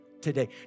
today